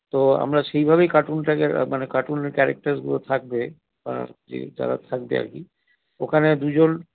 তো আমরা সেইভাবেই কার্টুনটাকে রাখবো মানে কার্টুন ক্যারেক্টারসগুলো থাকবে যারা থাকবে আর কি ওখানে দু জন